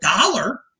dollar